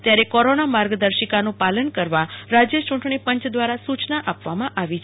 ત્યારે કોરોના માગદર્શિકાનું પાલન કરવા રાજય ચુટણો પંચ દવારા સુચના આપવામાં આવી છ